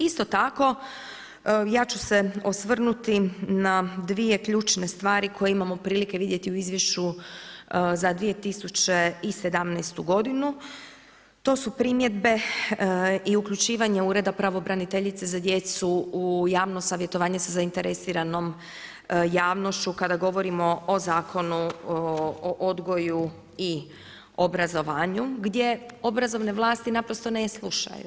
Isto tako ja ću se osvrnuti na dvije ključne stvari koje imamo prilike vidjeti u izvješću za 2017. godinu, to su primjedbe i uključivanje Ureda pravobraniteljice za djecu u javno savjetovanje sa zainteresiranom javnošću kada govorimo o Zakonu o odgoju i obrazovanju gdje obrazovne vlasti naprosto ne slušaju.